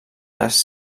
les